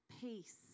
peace